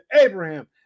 Abraham